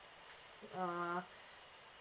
uh